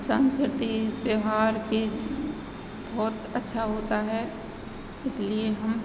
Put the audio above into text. सांस्कृति त्योहार के बहुत अच्छा होता है इसलिए हम